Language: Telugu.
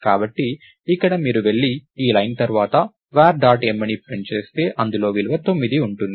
కాబట్టి ఇక్కడ మీరు వెళ్లి ఈ లైన్ తర్వాత var డాట్ m అని ప్రింట్ చేస్తే ఇందులో విలువ 9 ఉంటుంది